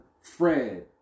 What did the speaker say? Fred